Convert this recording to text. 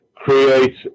create